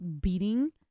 beating